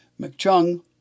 McChung